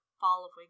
following